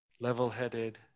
level-headed